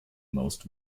most